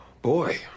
Boy